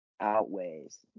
outweighs